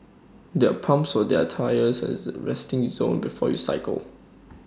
there are pumps for their tyres as resting zone before you cycle